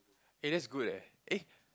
eh that's good leh eh